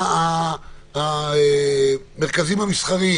המרכזים המסחריים.